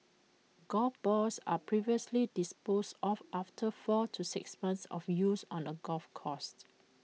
golf balls are previously disposed of after four to six months of use on the golf coursed